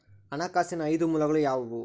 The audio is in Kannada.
ಹಣಕಾಸಿನ ಐದು ಮೂಲಗಳು ಯಾವುವು?